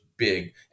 big